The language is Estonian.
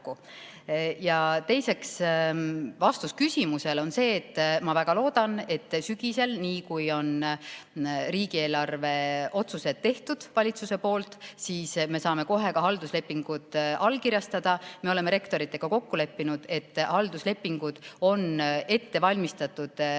Teiseks, vastus küsimusele on see, et ma väga loodan, et sügisel, nii kui on riigieelarve otsused tehtud valitsuse poolt, siis me saame kohe ka halduslepingud allkirjastada. Me oleme rektoritega kokku leppinud, et halduslepingud on ette valmistatud sellisel